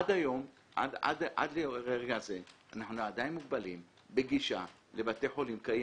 עד לרגע זה אנחנו עדיין מוגבלים בגישה לבתי חולים קיימים,